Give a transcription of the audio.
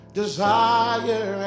desire